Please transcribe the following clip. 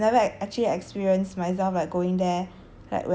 so it's like I've never actually experienced myself by going there